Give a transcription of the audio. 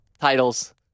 titles